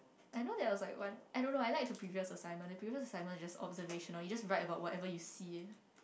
I know there was like one I don't know I like the previous assignment the previous assignment is just observational you just write about whatever you see